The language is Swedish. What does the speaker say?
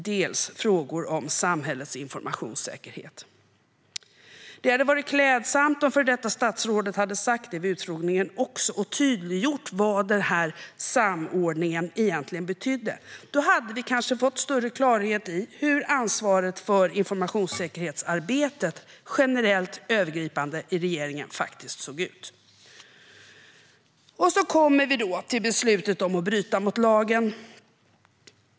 dels frågor om samhällets informationssäkerhet". Det hade varit klädsamt om före detta statsrådet hade sagt detta även vid utfrågningen och tydliggjort vad denna samordning egentligen betydde. Då hade vi kanske fått större klarhet i hur ansvaret för informationssäkerhetsarbetet generellt och övergripande i regeringen faktiskt såg ut. Så kommer vi då till beslutet om att bryta mot lagen.